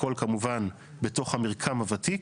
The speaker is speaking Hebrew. הכול כמובן בתוך המרקם הוותיק,